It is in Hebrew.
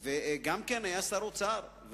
וגם היה שר האוצר,